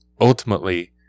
ultimately